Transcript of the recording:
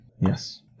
Yes